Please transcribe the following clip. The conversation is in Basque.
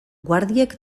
guardiek